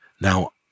Now